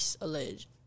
alleged